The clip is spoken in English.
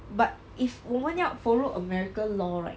but if 我们要 follow american law right